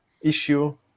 issue